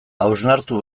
hausnartu